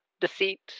deceit